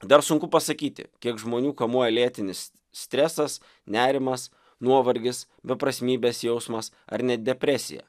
dar sunku pasakyti kiek žmonių kamuoja lėtinis stresas nerimas nuovargis beprasmybės jausmas ar net depresija